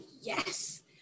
yes